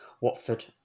Watford